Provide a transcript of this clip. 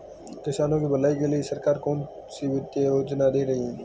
किसानों की भलाई के लिए सरकार कौनसी वित्तीय योजना दे रही है?